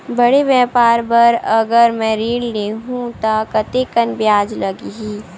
बड़े व्यापार बर अगर मैं ऋण ले हू त कतेकन ब्याज लगही?